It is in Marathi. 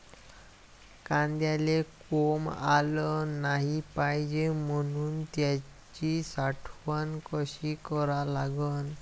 कांद्याले कोंब आलं नाई पायजे म्हनून त्याची साठवन कशी करा लागन?